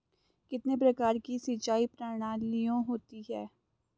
कितने प्रकार की सिंचाई प्रणालियों होती हैं?